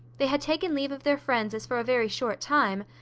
they had taken leave of their friends as for a very short time,